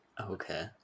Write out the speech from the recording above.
okay